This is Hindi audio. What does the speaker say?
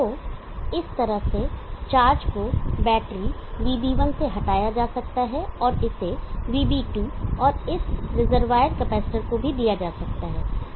तो इस तरह से चार्ज को बैटरी VB1 से हटाया जा सकता है और इसे VB2 और इस रिजर्वॉयर कैपेसिटर को भी दिया जा सकता है